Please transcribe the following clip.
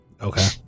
Okay